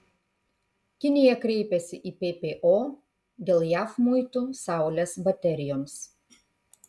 kinija kreipėsi į ppo dėl jav muitų saulės baterijoms